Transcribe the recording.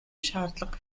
шаардлага